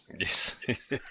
Yes